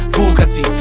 Bugatti